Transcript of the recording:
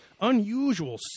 unusual